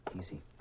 Easy